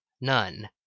none